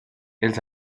els